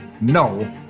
no